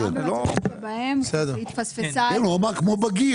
הוא אמר שזה כמו בגיר.